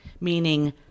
meaning